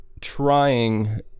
trying